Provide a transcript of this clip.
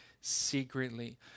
secretly